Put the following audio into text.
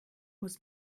muss